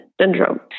syndrome